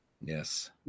Yes